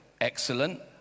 Excellent